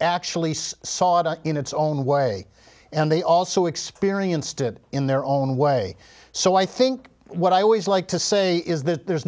actually so saw it in its own way and they also experienced it in their own way so i think what i always like to say is that there's